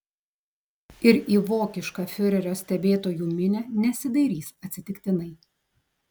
ir į vokišką fiurerio stebėtojų minią nesidairys atsitiktinai